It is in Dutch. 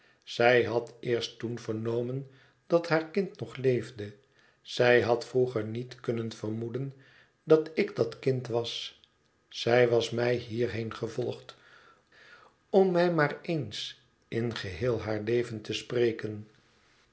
zij had eerst toen vernomen dat haar kind nog leefde zij had vroeger niet kunnen vermoeden dat ik dat kind was zij was mij hierheen gevolgd om mij maar eens in geheel haar leven te spreken